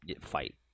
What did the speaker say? fight